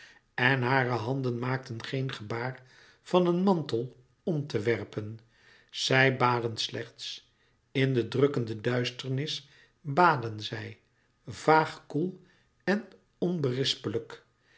en hare handen maakten geen gebaar van een mantel om te werpen zij baden slechts in de drukkende duisternis baden zij vaag koel en onberispelijk